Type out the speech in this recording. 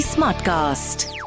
Smartcast